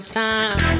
time